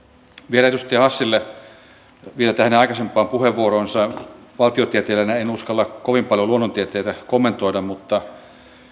vielä edustaja hassille viitaten hänen aikaisempaan puheenvuoroonsa valtiotieteilijänä en uskalla kovin paljon luonnontieteitä kommentoida mutta